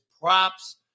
props